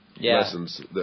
lessons